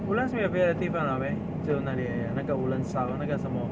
woodlands 没有别的地方 liao meh 只有那里而已啊那个 woodlands south 那个什么